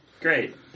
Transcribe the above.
Great